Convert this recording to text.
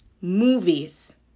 movies